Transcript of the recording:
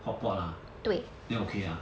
hotpot lah then okay ah